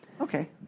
Okay